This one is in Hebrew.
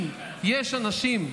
להשיל מעלינו.